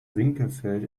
winkelfeld